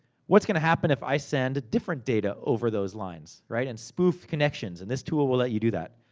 what's gonna happen if i send different data over those lines? right? and spoof connections. and this tool will let you do that.